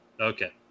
Okay